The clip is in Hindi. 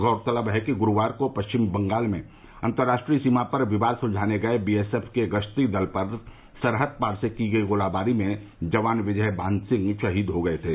गौरतलब है कि गुरूवार को पश्विम बंगाल में अन्तराष्ट्रीय सीमा पर विवाद सुलझाने गये बी एस एफ के गश्ती दल पर सरहदपार से की गयी गोलीबारी में जवान विजयमान सिंह शहीद हो गये थे